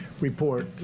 report